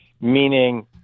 meaning